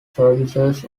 services